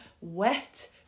wet